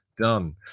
done